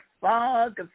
fog